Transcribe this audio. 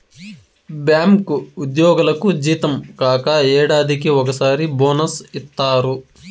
bank ఉద్యోగులకు జీతం కాక ఏడాదికి ఒకసారి బోనస్ ఇత్తారు